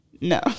No